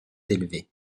élevée